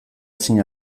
ezin